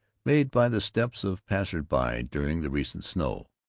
made by the steps of passers-by during the recent snow.